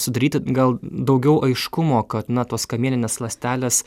sudaryti gal daugiau aiškumo kad na tos kamieninės ląstelės